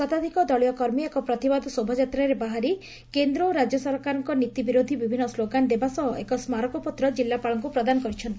ଶତାଧିକ ଦଳୀୟ କର୍ମୀ ଏକ ପ୍ରତିବାଦ ଶୋଭାଯାତ୍ରାରେ ବାହାରି କେନ୍ଦ ଓ ରାକ୍ୟସରକାରଙ୍କର ନୀତି ବିରୋଧୀ ବିଭିନ୍ ସ୍କୋଗାନ ଦେବା ସହ ଏକ ସ୍କାରକପତ୍ର ଜିଲ୍ଲାପାଳଙ୍କୁ ପ୍ରଦାନ କରିଛନ୍ତି